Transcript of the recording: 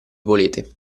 volete